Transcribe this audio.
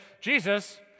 Jesus